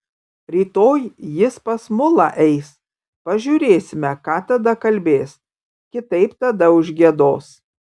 rytoj jis pas mulą eis pažiūrėsime ką tada kalbės kitaip tada užgiedos